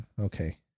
okay